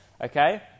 Okay